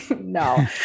No